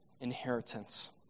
inheritance